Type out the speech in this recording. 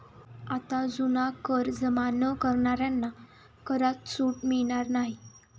आता जुना कर जमा न करणाऱ्यांना करात सूट मिळणार नाही